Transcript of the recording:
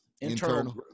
Internal